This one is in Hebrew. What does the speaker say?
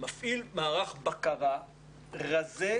מפעיל מערך בקרה רזה,